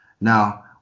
now